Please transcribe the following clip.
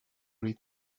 read